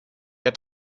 der